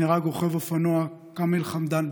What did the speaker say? נהרג רוכב האופנוע כאמל חמדאן,